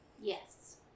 Yes